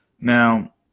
Now